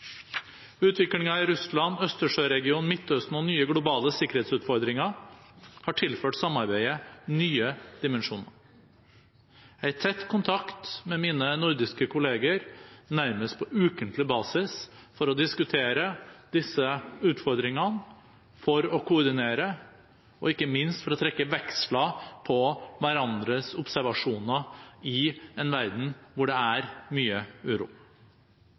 i Russland, Østersjøregionen, Midtøsten og nye globale sikkerhetsutfordringer har tilført samarbeidet nye dimensjoner. Jeg er i tett kontakt med mine nordiske kolleger nærmest på ukentlig basis for å diskutere disse utfordringene, for å koordinere og ikke minst for å trekke veksler på hverandres observasjoner i en verden hvor det er mye uro.